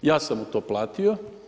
Ja sam mu to platio.